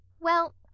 Well